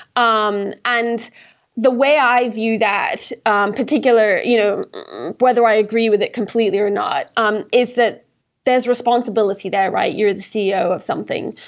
um and the way i view that ah particular you know whether i agree with it completely or not, um is that there's responsibility there. you're the ceo of something,